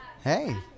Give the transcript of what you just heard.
Hey